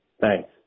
Thanks